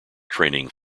training